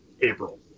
April